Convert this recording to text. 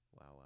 wow